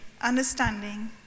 understanding